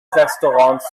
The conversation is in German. restaurants